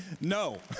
No